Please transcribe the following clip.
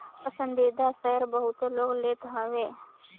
पसंदीदा शेयर बहुते लोग लेत हवे